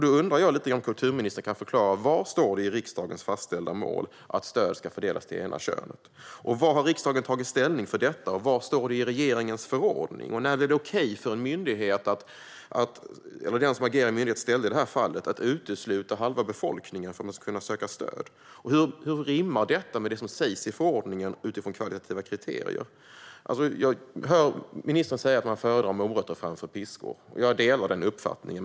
Då undrar jag om kulturministern kan förklara var i riksdagens fastställda mål det står att stöd ska fördelas till det ena könet? Var har riksdagen tagit ställning för detta, och var står det i regeringens förordning? När är det okej för en myndighet eller, som i det här fallet, den som agerar i myndighets ställe att utesluta halva befolkningen från att kunna söka stöd? Hur rimmar detta med det som sägs i förordningen om kvalitativa kriterier? Jag hör ministern säga att man föredrar morötter framför piskor, och jag delar den uppfattningen.